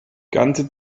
ganze